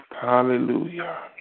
Hallelujah